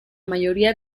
mayoría